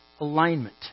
alignment